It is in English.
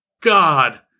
God